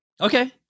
Okay